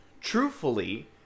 truthfully